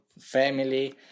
family